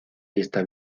vista